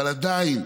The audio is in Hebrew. אבל עדיין,